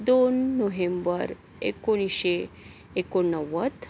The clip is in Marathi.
दोन नोव्हेंबर एकोणीसशे एकोणनव्वद